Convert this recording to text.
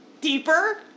deeper